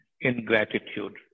ingratitude